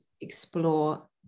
explore